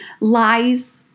lies